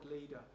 leader